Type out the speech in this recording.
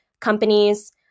companies